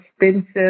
expensive